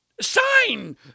Sign